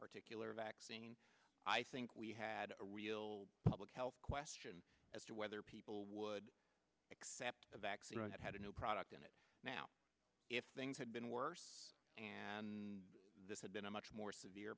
particular vaccine i think we had a real public health question as to whether people would accept a vaccine that had a new product in it now if things had been worse than this had been a much more severe